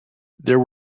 there